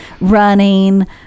running